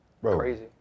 Crazy